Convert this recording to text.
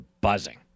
buzzing